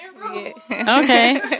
Okay